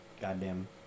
goddamn